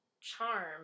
charm